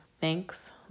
thanks